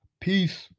peace